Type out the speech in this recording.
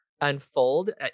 unfold